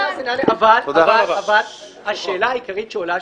אבל השאלה העיקרית שעולה,